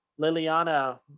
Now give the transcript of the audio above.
Liliana